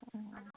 ꯑꯣ